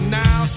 now